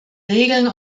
regeln